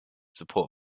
support